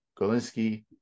golinski